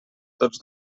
tots